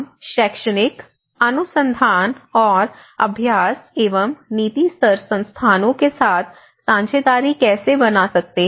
हम शैक्षणिक अनुसंधान और अभ्यास एवं नीति स्तर संस्थानों के साथ साझेदारी कैसे बना सकते हैं